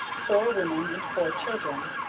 four women, and four children,